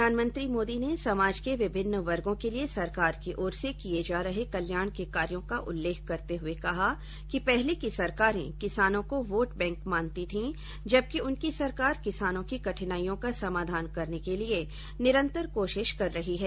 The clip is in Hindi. प्रधानमंत्री मोदी ने समाज के विभिन्न वर्गो के लिए सरकार की ओर से किए जा रहे कल्याण के कार्यो का उल्लेख करते हुए कहा कि पहले की सरकारें किसानों को वोट बैंक मानती थी जबकि उनकी सरकार किसानों की कठिनाइयों का समाधान करने के लिए निरंतर कोशिश कर रही है